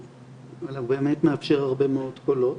אבל הוא באמת מאפשר הרבה מאוד קולות